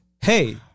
hey